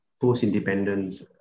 post-independence